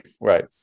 Right